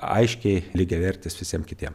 aiškiai lygiavertis visiem kitiem